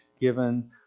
given